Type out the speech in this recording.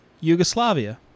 Yugoslavia